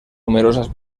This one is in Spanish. numerosas